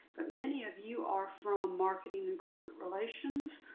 but many of you are from marketing and corporate relations,